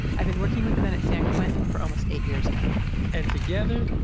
i've been working with the men at san quentin for almost eight years now and together,